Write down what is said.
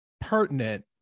pertinent